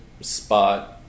spot